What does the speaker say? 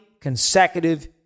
consecutive